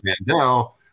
Mandel